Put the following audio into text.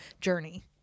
journey